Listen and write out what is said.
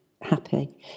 happy